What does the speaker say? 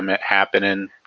happening